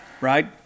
Right